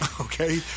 Okay